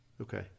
Okay